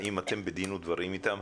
האם אתם בדין ודברים איתם?